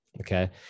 okay